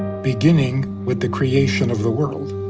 beginning with the creation of the world.